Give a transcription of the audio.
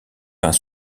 vingt